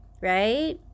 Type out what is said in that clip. right